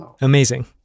Amazing